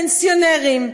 פנסיונרים,